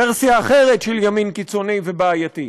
ורסיה אחרת של ימין קיצוני ובעייתי.